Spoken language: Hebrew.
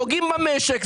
פוגעים במשק,